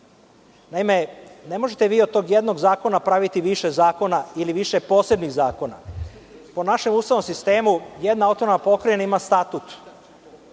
radi. Naime, ne možete vi od tog jednog zakona praviti više zakona ili više posebnih zakona. Po našem ustavnom sistemu jedna autonomna pokrajina ima statut,